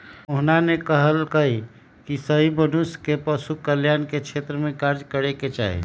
मोहना ने कहल कई की सभी मनुष्य के पशु कल्याण के क्षेत्र में कार्य करे के चाहि